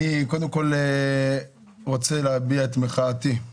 אני קודם כול רוצה להביע את מחאתי.